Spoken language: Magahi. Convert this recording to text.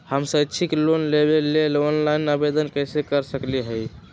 हम शैक्षिक लोन लेबे लेल ऑनलाइन आवेदन कैसे कर सकली ह?